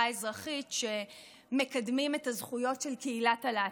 האזרחית שמקדמים את הזכויות של קהילת הלהט"ב.